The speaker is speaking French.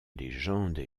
légende